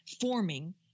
forming